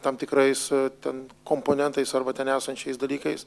tam tikrais ten komponentais arba ten esančiais dalykais